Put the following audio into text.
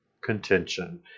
contention